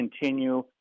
continue